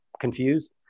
confused